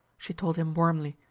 she told him warmly,